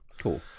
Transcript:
Cool